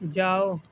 جاؤ